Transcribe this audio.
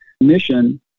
mission